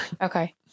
Okay